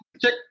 Check